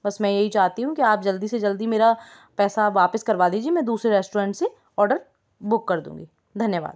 बस मैं यही चाहती हूँ कि आप जल्दी से जल्दी मेरा पैसा वापस करवा दीजिए मैं दूसरे रेश्टोरेंट से ऑडर बुक कर दूँगी धन्यवाद